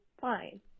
fine